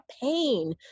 pain